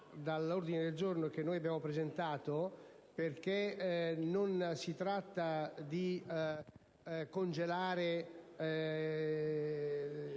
dall'ordine del giorno che abbiamo presentato. Non si tratta di congelare